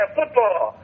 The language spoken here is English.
football